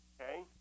Okay